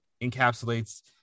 encapsulates